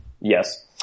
Yes